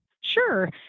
Sure